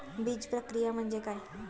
बीजप्रक्रिया म्हणजे काय?